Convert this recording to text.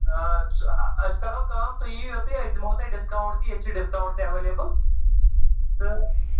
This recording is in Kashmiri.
آ ژٕ أسۍ کَرو اَکھ کٲم تُہۍ یِیِو یوٚتُے أسۍ دِمہو تۅہہِ ڈِسکاونٛٹ تہِ ییٚتہِ چھُ ڈِسکاونٛٹ تہِ ایویلیبٕل تہٕ